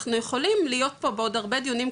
אנחנו יכולים להיות פה בעוד הרבה דיונים,